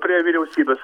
prie vyriausybės